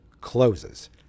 Closes